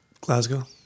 Glasgow